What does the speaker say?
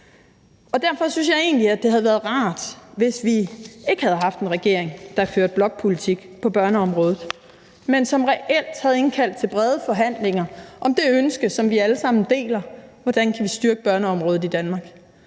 derfor synes jeg egentlig, det ville have været rart, hvis vi ikke havde haft en regering, der førte blokpolitik på børneområdet, men som reelt havde indkaldt til brede forhandlinger om det ønske, som vi alle sammen deler: Hvordan kan vi styrke børneområdet i Danmark;